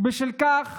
ובשל כך